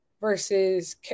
versus